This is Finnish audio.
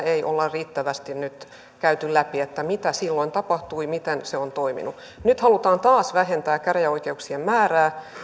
ei olla riittävästi nyt käyty läpi mitä silloin tapahtui miten se on toiminut nyt halutaan taas vähentää käräjäoikeuksien määrää